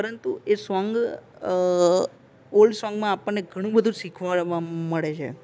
પરંતુ song song old સોંગમાં આપણને ઘણું બધું શીખવાડવામાં મળે છે